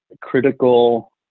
critical